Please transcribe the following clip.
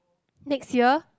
next year